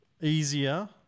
easier